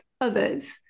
others